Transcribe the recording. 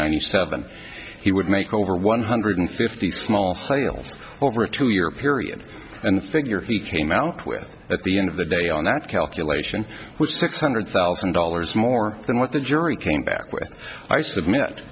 hundred seven he would make over one hundred fifty small sales over a two year period and the figure he came out with at the end of the day on that calculation which six hundred thousand dollars more than what the jury came back with i submit